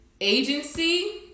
agency